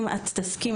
אם את תסכימי,